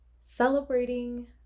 celebrating